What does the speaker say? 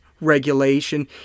regulation